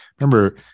remember